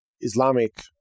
Islamic